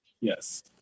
Yes